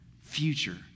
future